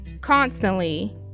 constantly